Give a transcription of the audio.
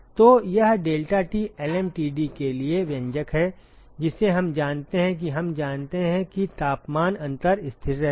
तो यह deltaT lmtd के लिए व्यंजक है जिसे हम जानते हैं और हम जानते हैं कि तापमान अंतर स्थिर रहता है